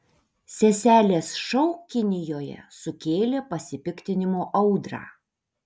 seselės šou kinijoje sukėlė pasipiktinimo audrą